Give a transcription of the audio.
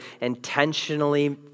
intentionally